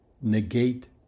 negate